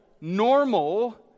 normal